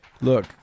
Look